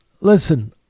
listen